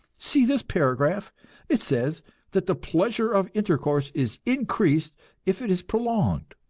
see this paragraph it says that the pleasure of intercourse is increased if it is prolonged.